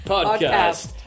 Podcast